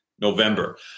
November